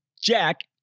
Jack